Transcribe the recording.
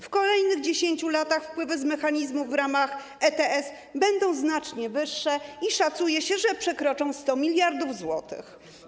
W kolejnych 10 latach wpływy z mechanizmu w ramach ETS będą znacznie wyższe i szacuje się, że przekroczą 100 mld zł.